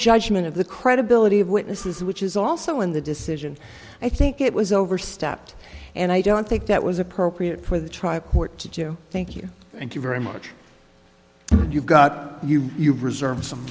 judgment of the credibility of witnesses which is also in the decision i think it was overstepped and i don't think that was appropriate for the trial court to do thank you thank you very much you've got you you've reserved some